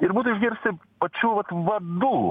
ir būtų išgirsti pačių vat vadų